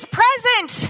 present